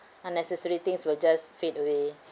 unnecessary things will just fade away